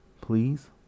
please